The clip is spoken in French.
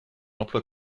emploie